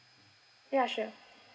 ya sure